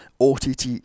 OTT